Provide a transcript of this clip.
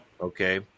Okay